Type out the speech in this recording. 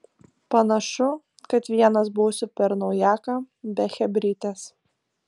panašu kad vienas būsiu per naujaką be chebrytės